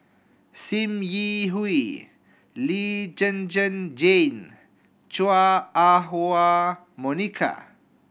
Sim Yi Hui Lee Zhen Zhen Jane Chua Ah Huwa Monica